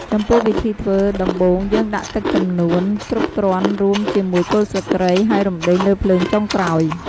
ចំពោះវិធីធ្វើ ដំបូងយើងដាក់ទឹកចំនួនគ្រប់គ្រាន់រួមជាមួយគល់ស្លឹកគ្រៃ ហើយរំដេងលើភ្លើងចុងក្រោយ ។